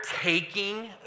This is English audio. taking